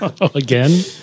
Again